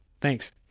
Thanks